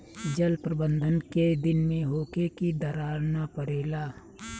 जल प्रबंधन केय दिन में होखे कि दरार न परेला?